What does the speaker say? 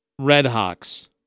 Redhawks